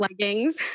leggings